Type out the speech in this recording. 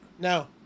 no